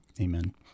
Amen